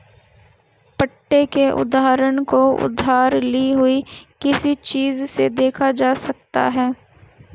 पट्टे के उदाहरण को उधार ली हुई किसी चीज़ से देखा जा सकता है